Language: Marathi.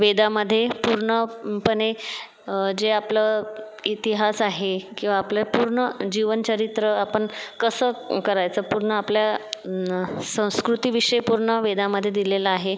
वेदामध्ये पूर्णपणे जे आपलं इतिहास आहे किंवा आपलं पूर्ण जीवनचरित्र आपण कसं करायचं पूर्ण आपल्या संस्कृतीविषयी पूर्ण वेदामध्ये दिलेलं आहे